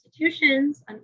institutions